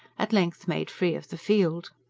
at length made free of the field.